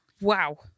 Wow